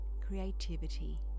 creativity